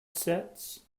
sets